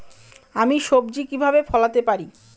আমি সবজি কিভাবে ফলাতে পারি?